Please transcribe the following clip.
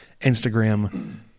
instagram